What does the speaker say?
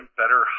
better